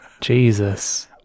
Jesus